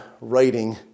writing